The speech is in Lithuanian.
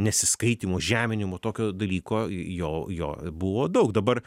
nesiskaitymo žeminimo tokio dalyko jo jo buvo daug dabar